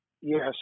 Yes